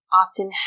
often